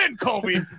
Kobe